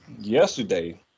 Yesterday